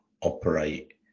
operate